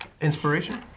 Inspiration